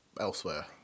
elsewhere